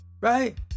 Right